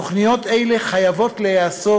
תוכניות אלה חייבות להיעשות,